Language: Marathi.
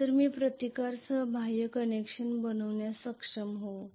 तर मी प्रतिकारा सह बाह्य कनेक्शन करण्यास सक्षम होईन